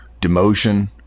demotion